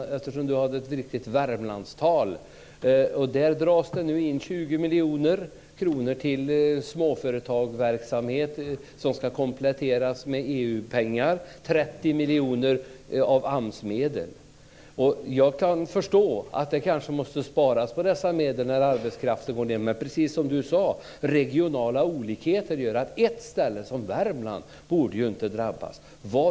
Vi sitter tillsammans i Länsstyrelsen i Värmland, och där dras det nu in 20 miljoner kronor till småföretagsverksamhet, vilket ska kompletteras med EU-pengar, och 30 miljoner av AMS-medel. Jag kan förstå att det kanske måste sparas på dessa medel när arbetskraften går ned, men precis som Lisbeth Staaf-Igelström sade: Regionala olikheter gör att ett ställe som Värmland inte borde drabbas.